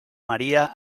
maria